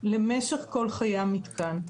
למשך כל חיי המתקן.